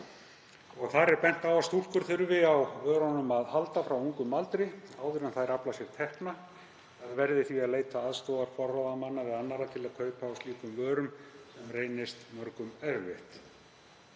Bent er á að stúlkur þurfi á vörunum að halda frá ungum aldri, áður en þær afla sér eigin tekna. Þær verði því að leita aðstoðar forráðamanna eða annarra til kaupa á slíkum vörum sem reynist mörgum erfitt.